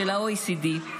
של ה-OECD,